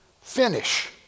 Finish